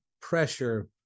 pressure